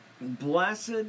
Blessed